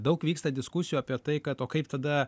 daug vyksta diskusijų apie tai kad o kaip tada